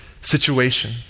situation